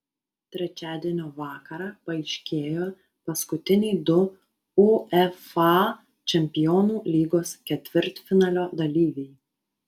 trečiadienio vakarą paaiškėjo paskutiniai du uefa čempionų lygos ketvirtfinalio dalyviai